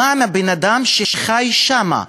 מה עם הבן-אדם שחי שם?